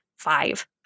five